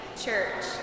church